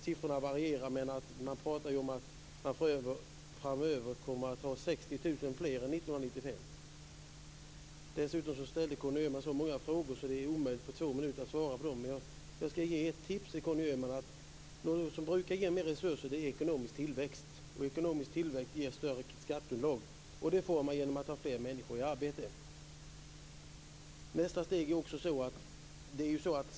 Siffrorna varierar, men man talar om att vi framöver kommer att ha 60 000 fler än Conny Öhman ställde så många frågor att det är omöjligt att på två minuter svara på dem. Jag skall ge Conny Öhman ett tips. Något som brukar ge mer resurser är ekonomisk tillväxt, och ekonomisk tillväxt ger större skatteunderlag. Det får man genom att ha fler människor i arbete.